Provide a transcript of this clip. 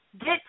get